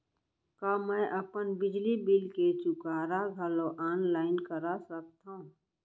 का मैं अपन बिजली बिल के चुकारा घलो ऑनलाइन करा सकथव?